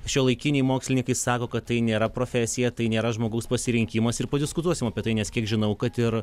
šiuolaikiniai mokslininkai sako kad tai nėra profesija tai nėra žmogaus pasirinkimas ir padiskutuosim apie tai nes kiek žinau kad ir